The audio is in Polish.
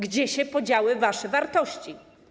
Gdzie się podziały wasze wartości?